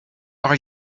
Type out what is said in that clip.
are